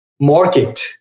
market